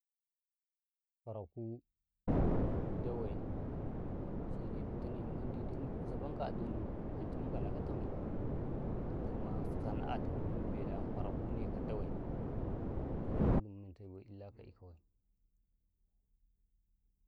kwaraku dawai shine ditane memmmandi dai mu zabanka a don ance mu kalaka tamui kama sana'a tumu na mem belu ayam kwaraku ne ka dawai ka men wadi mumenta bai illah kja eh kawai.